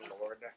lord